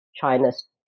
China's